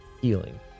healing